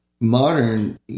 modern